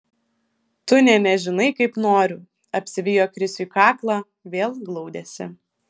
tu nė nežinai kaip noriu apsivijo krisiui kaklą vėl glaudėsi